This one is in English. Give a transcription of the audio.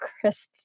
crisp